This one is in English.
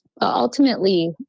Ultimately